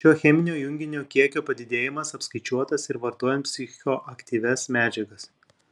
šio cheminio junginio kiekio padidėjimas apskaičiuotas ir vartojant psichoaktyvias medžiagas